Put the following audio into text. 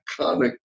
iconic